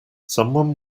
someone